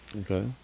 Okay